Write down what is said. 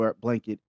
blanket